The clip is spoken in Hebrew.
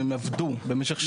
הם עבדו במשך שנתיים.